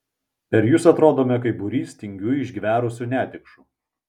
per jus atrodome kaip būrys tingių išgverusių netikšų